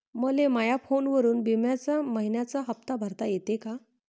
मले माया फोनवरून बिम्याचा मइन्याचा हप्ता भरता येते का?